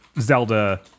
Zelda